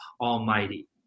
Almighty